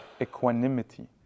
equanimity